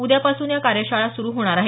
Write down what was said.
उद्यापासून या कार्यशाळा सुरू होणार आहेत